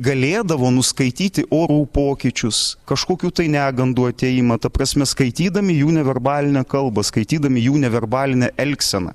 galėdavo nuskaityti orų pokyčius kažkokių tai negandų atėjimą ta prasme skaitydami jų neverbalinę kalbą skaitydami jų neverbalinę elgseną